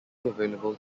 available